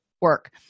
work